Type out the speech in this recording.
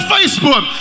Facebook